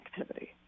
activity